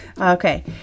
Okay